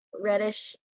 reddish